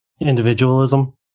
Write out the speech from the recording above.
individualism